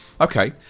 Okay